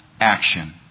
action